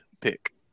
pick